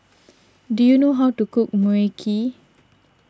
do you know how to cook Mui Kee